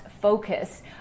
focus